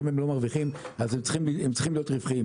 אם הם לא רווחיים אז הם צריכים להיות רווחיים,